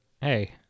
hey